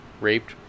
Raped